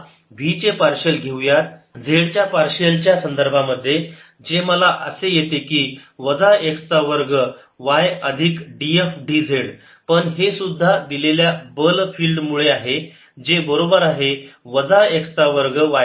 आता v चे partial घेऊयात z च्या पार्शियल च्या संदर्भामध्ये जे मला असे येते की वजा x वर्ग y अधिक df dz पण हेसुद्धा दिलेल्या बल फिल्ड मुळे आहे जे बरोबर आहे वजा x चा वर्ग y चा वर्ग